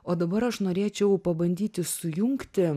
o dabar aš norėčiau pabandyti sujungti